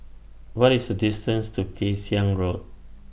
What IS The distance to Kay Siang Road